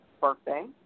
birthday